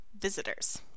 visitors